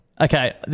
Okay